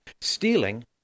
Stealing